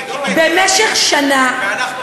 זאת אומרת,